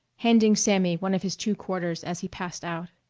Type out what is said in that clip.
handing sammy one of his two quarters as he passed out.